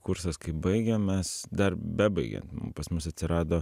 kursas kaip baigėm mes dar bebaigiant pas mus atsirado